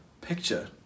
picture